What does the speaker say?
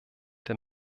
der